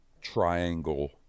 triangle